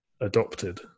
adopted